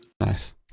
Nice